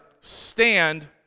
stand